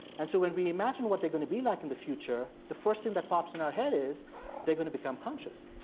and so when we imagine what they're going to be like in the future, the first thing that pops in our head is they're going to become conscious